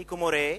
אני כמורה,